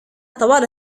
طوال